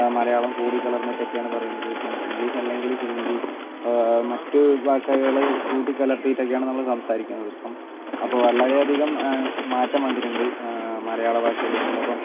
മലയാളം കൂടിക്കലർന്നിട്ടൊക്കെയാണ് പറയുന്നത് ഇപ്പം ഇംഗ്ലീഷ് അല്ലെങ്കിൽ ഹിന്ദി അപ്പോൾ മറ്റു ഭാഷകൾ കൂട്ടിക്കലർത്തിയിട്ട് ഒക്കെയാണ് നമ്മൾ സംസാരിക്കുന്നത് ഇപ്പം അപ്പം വളരെയധികം മാറ്റം വന്നിട്ടുണ്ട് മലയാള ഭാഷയിൽ നമ്മളിപ്പം